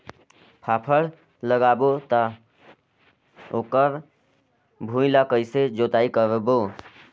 फाफण लगाबो ता ओकर भुईं ला कइसे जोताई करबो?